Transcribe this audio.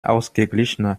ausgeglichener